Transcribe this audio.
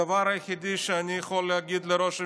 הדבר היחידי שאני יכול להגיד לראש הממשלה: